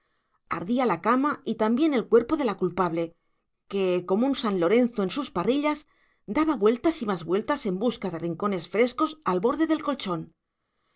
ardía la cama y también el cuerpo de la culpable que como un san lorenzo en sus parrillas daba vueltas y más vueltas en busca de rincones frescos al borde del colchón